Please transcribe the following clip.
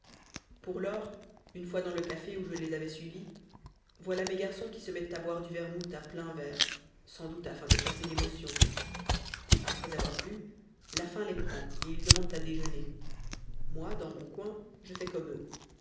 pour lors une fois dans le café où je les avais suivis voilà mes garçons qui se mettent à boire du vermouth à pleins verres sans doute afin de chasser l'émotion après avoir bu la faim les prend et ils demandent à déjeuner moi dans mon coin je fais comme eux